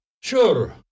Sure